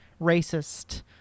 racist